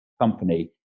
company